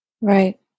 Right